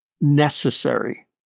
necessary